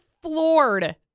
floored